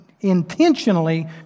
intentionally